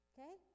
Okay